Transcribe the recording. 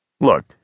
Look